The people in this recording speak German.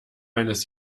eines